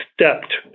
stepped